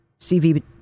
CV